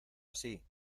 así